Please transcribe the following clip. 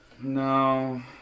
No